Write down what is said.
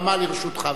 הבמה לרשותך.